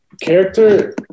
Character